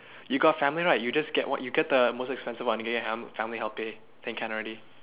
you got family right you just get what you get the most expensive one you get your fam~ family to help pay then can already